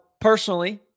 personally